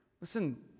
listen